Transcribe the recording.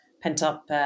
pent-up